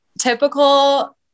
typical